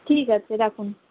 ঠিক আছে রাখুন